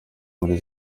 muri